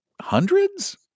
hundreds